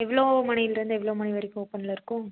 எவ்வளோ மணிலேருந்து எவ்வளோ மணி வரைக்கும் ஓப்பனில் இருக்கும்